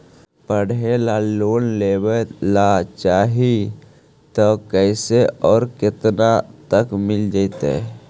पढ़े ल लोन लेबे ल चाह ही त कैसे औ केतना तक मिल जितै?